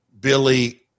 Billy